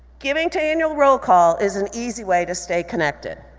giving to annual roll call is an easy way to stay connected.